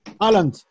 Alan